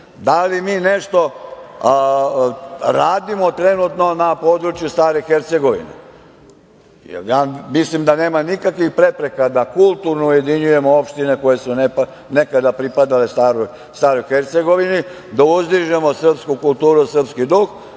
li mi nešto radimo trenutno na području stare Hercegovine? Mislim da nema nikakvih prepreka da kulturno ujedinjujemo opštine koje su nekada pripadale staroj Hercegovini, da uzdižemo srpsku kulturu i srpski duh